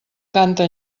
canta